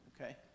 Okay